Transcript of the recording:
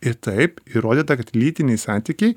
ir taip įrodyta kad lytiniai santykiai